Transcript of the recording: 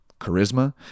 charisma